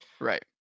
Right